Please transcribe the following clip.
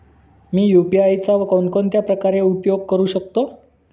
मी UPI चा कोणकोणत्या प्रकारे उपयोग करू शकतो?